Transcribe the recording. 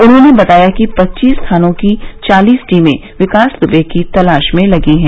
उन्होंने बताया कि पच्चीस थानों की चालीस टीमें विकास दुबे की तलाश में लगी हैं